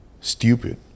stupid